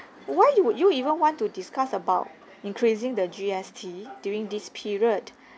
why would you even want to discuss about increasing the G_S_T during this period